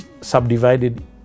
subdivided